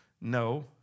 No